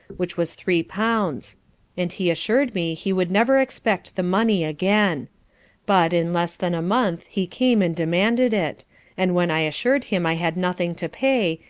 which was three pounds and he assur'd me he would never expect the money again but, in less than a month, he came and demanded it and when i assur'd him i had nothing to pay,